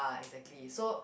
exactly so